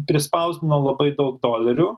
prispausdino labai daug dolerių